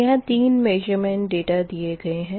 यहाँ 3 measurement data दिए गए है